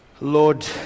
Lord